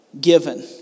given